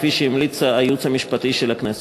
כפי שהמליץ הייעוץ המשפטי של הכנסת.